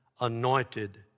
anointed